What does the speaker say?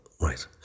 Right